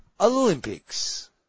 Olympics